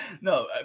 No